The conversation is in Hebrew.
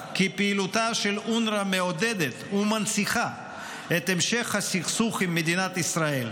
כי פעילותה של אונר"א מעודדת ומנציחה את המשך הסכסוך עם מדינת ישראל,